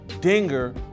Dinger